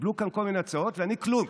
קיבלו כאן כל מיני הצעות, ואני, כלום.